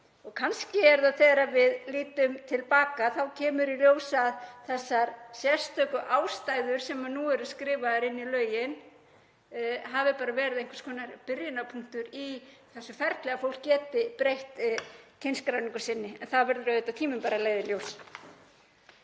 Og kannski þegar við lítum til baka þá kemur í ljós að þessar sérstöku ástæður, sem nú eru skrifaðar inn í lögin, hafi bara verið einhvers konar byrjunarpunktur í þessu ferli, að fólk geti breytt kynskráningu sinni. En það verður tíminn auðvitað að leiða í ljós.